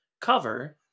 cover